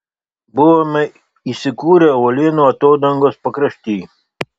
buvome įsikūrę uolienų atodangos pakrašty